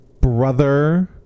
brother